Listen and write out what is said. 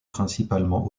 principalement